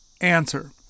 answer